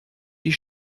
die